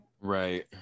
Right